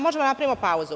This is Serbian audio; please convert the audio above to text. Možemo da napravimo pauzu.